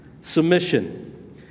Submission